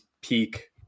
peak